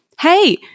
Hey